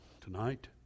tonight